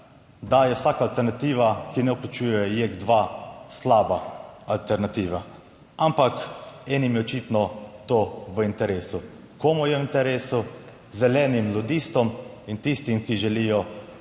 da je vsaka alternativa, ki ne vključuje JEK2 slaba alternativa. Ampak enim je očitno to v interesu. Komu je v interesu? Zelenim, lubistom in tistim, ki želijo